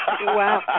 Wow